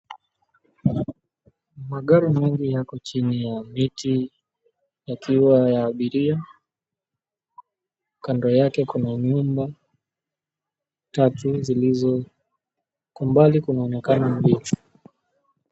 Magari mengi yako chini ya viti yakiwa na abiria. Kando yake kuna nyumba tatu zilizo... Kwa umbali kunaonekana miti.